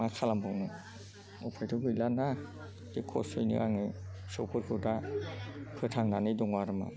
मा खालामबावनो उफायथ' गैला ना बे खस्थ'यैनो आङो फिसौफोरखौ दा फोथांनानै दङ आरोमा